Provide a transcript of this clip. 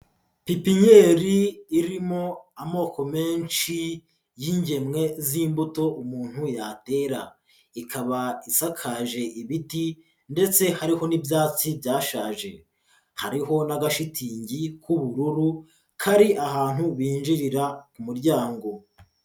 Pipinyeri irimo amoko menshi y'ingemwe z'imbuto umuntu yatera, ikaba isakaje ibiti ndetse hariho n'ibyatsi byashaje, hariho n'agashitingi k'ubururu, kari ahantu binjirira ku muryango.